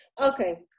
okay